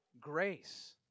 grace